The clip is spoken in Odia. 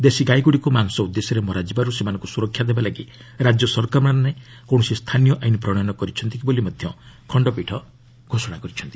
ଦେଶୀ ଗାଇଗୁଡ଼ିକୁ ମାଂସ ଉଦ୍ଦେଶ୍ୟରେ ମରାଯିବାରୁ ସେମାନଙ୍କୁ ସୁରକ୍ଷା ଦେବା ଲାଗି ରାଜ୍ୟ ସରକାରମାନେ କୌଣସି ସ୍ଥାନୀୟ ଆଇନ୍ ପ୍ରଣୟନ କରିଛନ୍ତି କି ବୋଲି ମଧ୍ୟ ଖଶ୍ଚପୀଠ ଘୋଷଣା କରିଚ୍ଛନ୍ତି